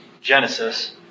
Genesis